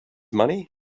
money